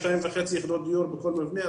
שתיים וחצי יחידות דיור בכל מבנה,